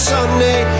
Sunday